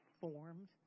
formed